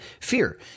fear